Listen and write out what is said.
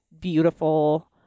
beautiful